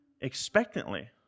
Expectantly